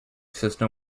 system